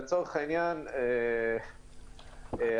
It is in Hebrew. אתה